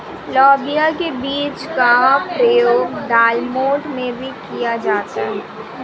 लोबिया के बीज का प्रयोग दालमोठ में भी किया जाता है